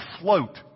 float